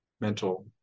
mental